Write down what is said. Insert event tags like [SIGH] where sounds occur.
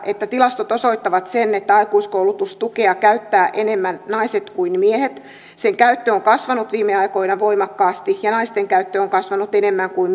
tilastot osoittavat sen että aikuiskoulutustukea käyttävät enemmän naiset kuin miehet sen käyttö on kasvanut viime aikoina voimakkaasti ja naisten käyttö on kasvanut enemmän kuin [UNINTELLIGIBLE]